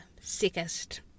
sickest